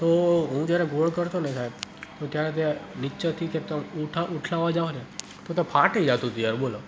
તો હું જયારે ગોળ કરતો ને સાહેબ તો ત્યારે તે નીચેથી કે તેમ ઉથલાવવા જાવ ને તો તે ફાટી જતું હતું યાર બોલો